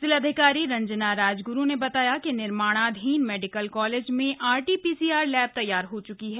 जिलाधिकारी रंजना राजगुरू ने बताया कि निर्माणाधीन मेडिकल कालेज में आरटी पीसीआर लैब तैयार हो च्की है